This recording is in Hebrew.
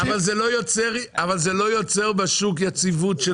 זה לא יוצר יציבות בשוק.